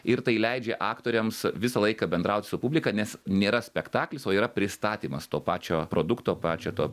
ir tai leidžia aktoriams visą laiką bendraut su publika nes nėra spektaklis o yra pristatymas to pačio produkto pačio to